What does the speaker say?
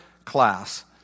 class